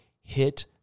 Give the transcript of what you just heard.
hit